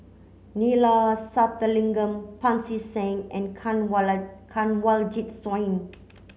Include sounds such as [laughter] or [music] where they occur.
Neila Sathyalingam Pancy Seng and [unintelligible] Kanwaljit Soin